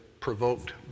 provoked